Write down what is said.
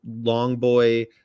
Longboy